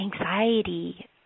anxiety